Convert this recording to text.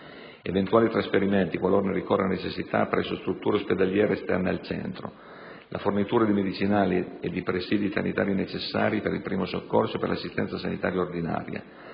eventuali trasferimenti, qualora ne ricorra la necessità, presso strutture ospedaliere esterne al centro; la fornitura di medicinali e di presidi sanitari necessari per il primo soccorso e per l'assistenza sanitaria ordinaria;